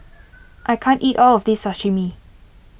I can't eat all of this Sashimi